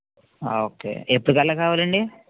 okay ఎప్పటికల్లా కావాలండి